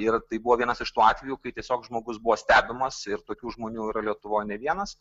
ir tai buvo vienas iš tų atvejų kai tiesiog žmogus buvo stebimas ir tokių žmonių yra lietuvoj ne vienas